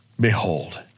Behold